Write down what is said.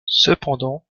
cependant